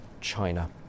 China